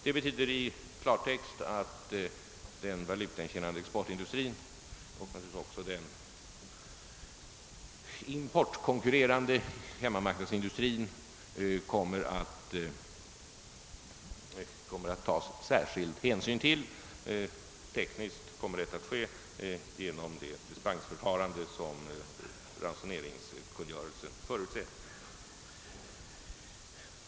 Det betyder i klartext att särskild hänsyn kommer att tas till den valutaintjänande exportindustrin och naturligtvis även till den importkonkurrerande hemmamarknadsindustrin. Tekniskt kommer detta att ske genom det dispensförfarande som ransoneringskungörelsen förutsätter.